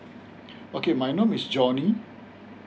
okay my name is johnny